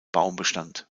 baumbestand